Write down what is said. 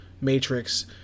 matrix